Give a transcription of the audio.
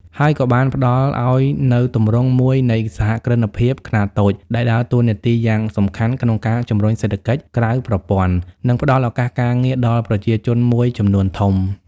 ហើយក៏បានផ្តល់ឱ្យនូវទម្រង់មួយនៃ សហគ្រិនភាពខ្នាតតូច ដែលដើរតួនាទីយ៉ាងសំខាន់ក្នុងការជំរុញសេដ្ឋកិច្ចក្រៅប្រព័ន្ធ និងផ្តល់ឱកាសការងារដល់ប្រជាជនមួយចំនួនធំ ។